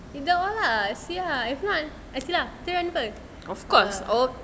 either or lah see ah if not I see lah ke [pe]